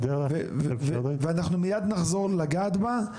אנחנו מיד נחזור לגעת בה,